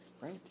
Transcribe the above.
right